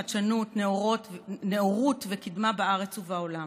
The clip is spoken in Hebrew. חדשנות, נאורות וקדמה בארץ ובעולם,